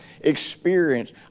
experience